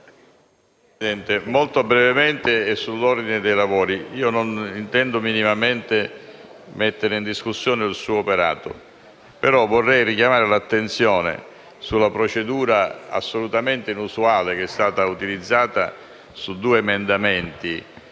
intervengo molto brevemente sull'ordine dei lavori. Non intendo minimamente mettere in discussione il suo operato, ma vorrei richiamare l'attenzione sulla procedura assolutamente inusuale che è stata utilizzata a proposito dei due emendamenti